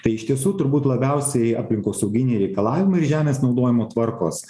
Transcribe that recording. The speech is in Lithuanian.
tai iš tiesų turbūt labiausiai aplinkosauginiai reikalavimai ir žemės naudojimo tvarkos